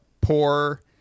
poor